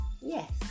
Yes